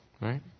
Right